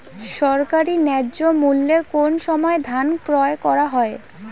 সরকারি ন্যায্য মূল্যে কোন সময় ধান ক্রয় করা হয়?